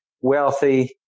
wealthy